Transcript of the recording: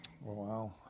Wow